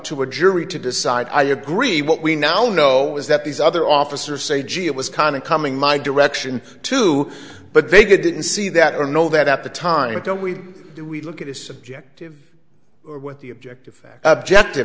to a jury to decide i agree what we now know is that these other officers say gee it was kind of coming my direction too but they didn't see that or know that at the time until we do we look at is subjective with the objective facts objective